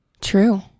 True